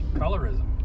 colorism